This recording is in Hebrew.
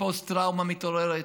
הפוסט-טראומה מתעוררת,